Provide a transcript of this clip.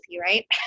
right